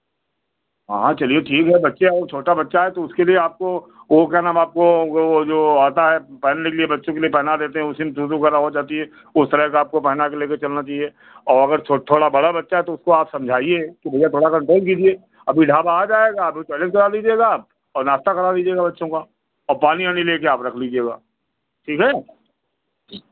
हाँ हाँ चलिए ठीक है बच्चे है छोटा बच्चा है तो उसके लिए आपको वो क्या नाम है आप को वो वो जो आता है पहनने के लिए बच्चे के लिए पहना देते हैं उसी में सु सु करना हो जाती है उस तरह का आपको पहना के लेके चलना चाहिए और अगर थोड़ा बड़ा बच्चा है तो उसको आप समझाइए और अगर थो थोड़ा बड़ा बच्चा है तो उसको थोड़ा समझाइए कि भैया थोड़ा सा रोक लीजिए अभी ढाबा आ जाएगा आप टोयलेट कर लीजिएगा और नाश्ता करा दीजिएगा बच्चों का और पानी वानी ले के आप रख लीजिएगा ठीक है